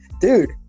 Dude